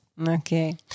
Okay